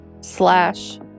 slash